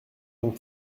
donc